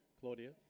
Claudia